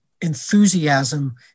enthusiasm